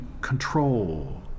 control